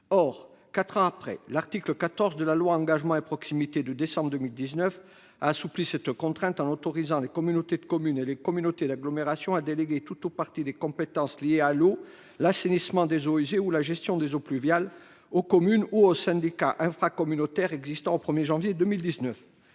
Or, quatre ans plus tard, l'article 14 de la loi Engagement et proximité du 27 décembre 2019 a assoupli cette contrainte, en autorisant les communautés de communes et les communautés d'agglomération à déléguer tout ou partie des compétences liées à l'eau, l'assainissement des eaux usées ou la gestion des eaux pluviales aux communes ou aux syndicats infracommunautaires existants au 1 janvier 2019.